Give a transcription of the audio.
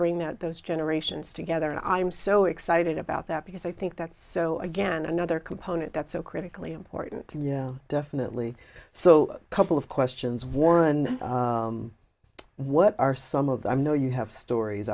bring those generations together and i am so excited about that because i think that's so again another component that's so critically important definitely so couple of questions warren what are some of them know you have stories